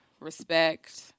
respect